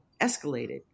escalated